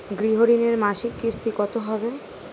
গৃহ ঋণের মাসিক কিস্তি কত হবে?